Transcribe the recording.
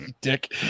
Dick